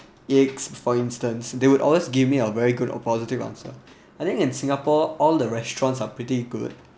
eggs for instance they would always give me a very good or positive answer I think in singapore all the restaurants are pretty good